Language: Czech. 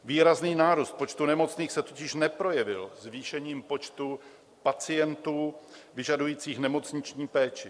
Výrazný nárůst počtu nemocných se totiž neprojevil zvýšením počtu pacientů vyžadujících nemocniční péči.